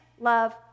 love